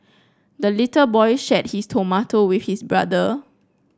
the little boy shared his tomato with his brother